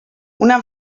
una